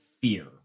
fear